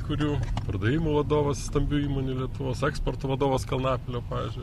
kurių pardavimų vadovas stambių įmonių lietuvos eksporto vadovas kalnapilio pavyzdžiui